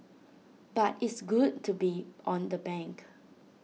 but it's good to be on the bank